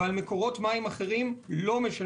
ועל אחרים - לא.